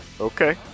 Okay